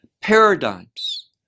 paradigms